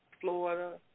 Florida